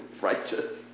righteous